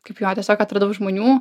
kaip jo tiesiog atradau žmonių